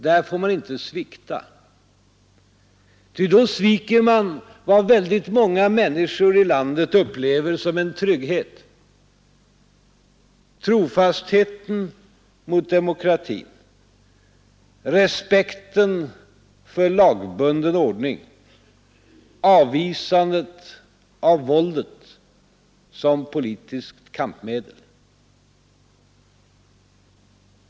Där får man inte svikta, ty då sviker man vad väldigt många människor i landet upplever som en trygghet: trofastheten mot demokratin, respekten för lagbunden ordning, avvisandet av våldet som politiskt kam pmedel.